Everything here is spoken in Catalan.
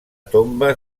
tomba